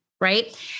Right